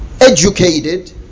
educated